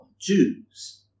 Jews